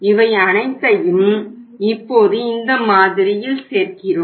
இவை அனைத்தையும் இப்போது இந்த மாதிரியில் சேர்க்கிறோம்